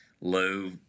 low